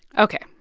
ok,